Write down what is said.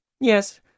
Yes